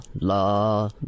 la